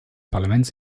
parlaments